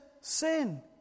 sin